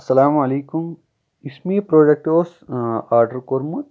السلام علیکُم یُس مےٚ یہِ پروڈکٹ اوس آرڈر کورمُت